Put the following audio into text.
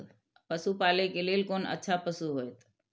पशु पालै के लेल कोन अच्छा पशु होयत?